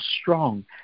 strong